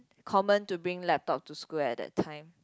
common to bring laptop to school at that time